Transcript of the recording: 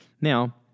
Now